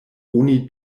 oni